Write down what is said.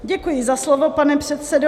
Děkuji za slovo, pane předsedo.